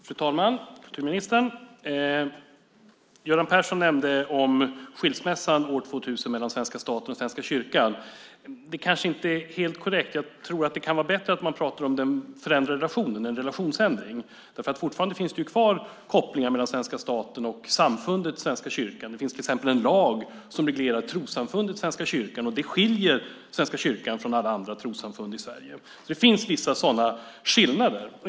Fru talman! Kulturministern! Göran Persson nämnde skilsmässan mellan svenska staten och Svenska kyrkan år 2000. Det kanske inte är helt korrekt. Jag tror att det kan vara bättre att man pratar om den förändrade relationen, en relationsändring, för fortfarande finns det kvar kopplingar mellan svenska staten och samfundet Svenska kyrkan. Det finns till exempel en lag som reglerar trossamfundet Svenska kyrkan, och detta skiljer Svenska kyrkan från alla andra trossamfund i Sverige. Det finns vissa sådana skillnader.